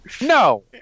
No